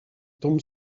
tombe